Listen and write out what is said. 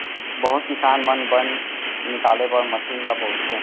बहुत किसान मन बन निकाले बर मसीन ल बउरथे